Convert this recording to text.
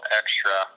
extra